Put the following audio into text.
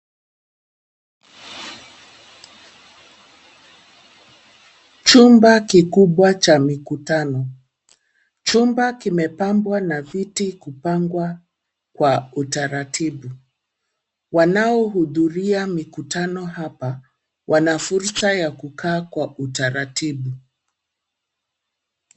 Chumba kikubwa cha mikutano. Chumba kimepambwa na viti kupangwa kwa utaratibu. Wanaohudhuria hapa mikutano hapa wana fursa ya kukaa kwa utaratibu.